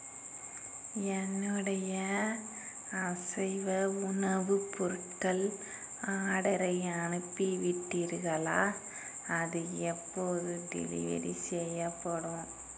என்னுடைய அசைவ உணவுப் பொருட்கள் ஆர்டரை அனுப்பிவிட்டீர்களா அது எப்போது டெலிவரி செய்யப்படும்